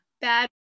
bad